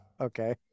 okay